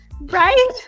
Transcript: Right